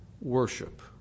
worship